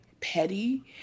Petty